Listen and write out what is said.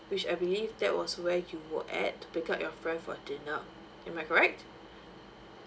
which I believe that was where you would at pick up your friend for dinner am I correct